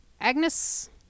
agnes